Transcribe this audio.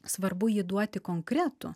svarbu ji duoti konkretų